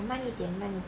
慢一点慢一点